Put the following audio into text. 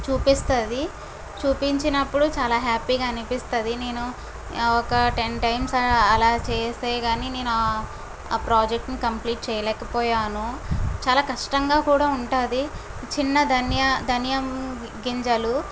చూపిస్తుంది చూపించినప్పుడు చాలా హ్యాపీ గా అనిపిస్తుంది నేను ఒక టెన్ టైమ్స్ అలా చేస్తే కానీ నేను ఆ ప్రాజెక్టు ను కంప్లీట్ చేయలేకపోయాను చాలా కష్టంగా కూడా ఉంటుంది చిన్న ధన్యా ధనియా గింజలు